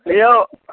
हयौ